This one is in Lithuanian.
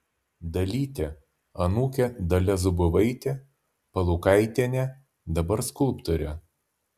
dalytė anūkė dalia zubovaitė palukaitienė dabar skulptorė